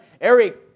Eric